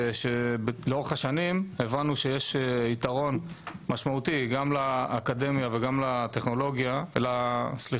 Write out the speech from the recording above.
לאורך השנים הבנו שיש יתרון משמעותי גם לאקדמיה וגם לתעשיות